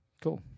Cool